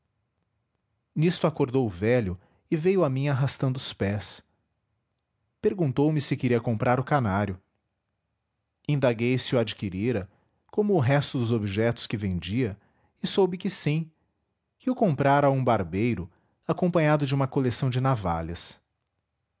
nisto acordou o velho e veio a mim arrastando os pés perguntou-me se queria comprar o canário indaguei se o adquirira como o resto dos objetos que vendia e soube que sim que o comprara a um barbeiro acompanhado de uma coleção de navalhas